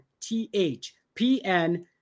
THPN